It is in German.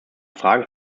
fragen